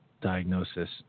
diagnosis